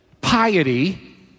piety